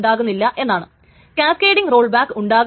അതിന്റെ അർത്ഥം cascading rollback ഇവിടെ ഉണ്ടാകാം